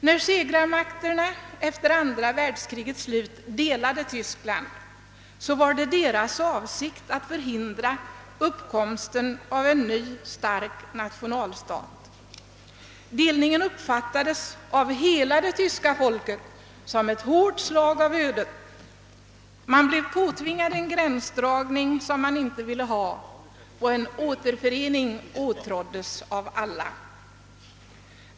När segrarmakterna efter andra världskrigets slut delade Tyskland var det deras avsikt att förhindra uppkomsten av en ny stark nationalstat. Delningen uppfattades av hela det tyska folket som ett hårt slag av ödet. Man blev påtvingad en gränsdragning som man inte ville ha, och en återförening åtråddes av alla.